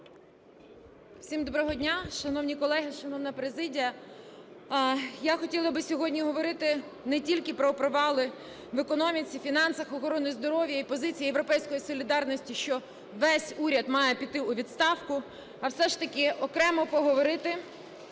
Всім доброго дня! Шановні колеги, шановна президія, я хотіла би сьогодні говорити не тільки про провали в економіці, фінансах, охорони здоров'я і позиції "Європейської солідарності", що весь уряд має піти у відставку, а все ж таки окремо поговорити